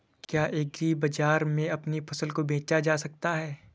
क्या एग्रीबाजार में अपनी फसल को बेचा जा सकता है?